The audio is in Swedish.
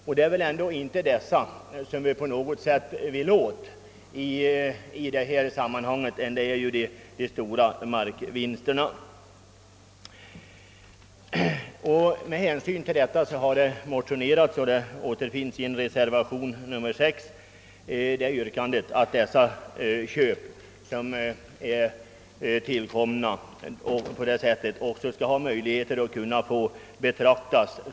Och det är väl inte dessa människor, utan i stället de stora spekulanterna som vi vill åt i detta sammanhang! Med hänsyn härtill har motioner avgivits i ärendet, och i reservationen nr 6 har upptagits yrkandet att köp som skett inom familjen skall kunna betraktas såsom tillkomna genom arv eller gåva.